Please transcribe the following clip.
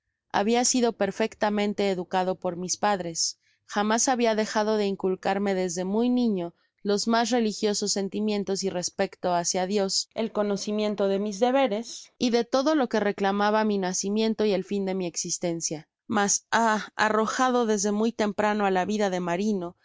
habia sido perfectamente educado por mis padres jamás habia dejado de inculcarme desde muy niño los mas religiosos sentimientos y respecto hácia dios el conocimiento de mis deberes y de todo lo que reclamaba mi nacimiento y el fin de mi existencia mas ahí arrojado desde muy temprano á la vida de marino la